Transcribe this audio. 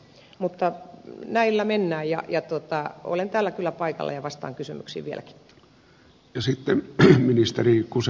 mutta näillä mennään ja olen täällä kyllä paikalla ja vastaan kysymyksiin vieläkin